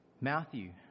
Matthew